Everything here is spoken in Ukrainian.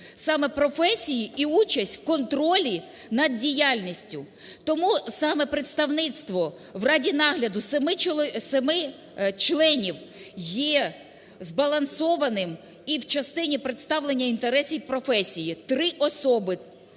саме професій і участь в контролі над діяльністю. Тому саме представництво в раді нагляду семи членів є збалансованим і в частині представлення інтересів професії. Три особи